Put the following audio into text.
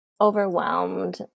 overwhelmed